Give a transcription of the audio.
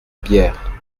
bière